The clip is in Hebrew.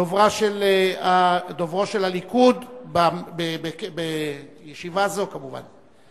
דוברו של הליכוד, בישיבה זאת כמובן.